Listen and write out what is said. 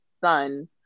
son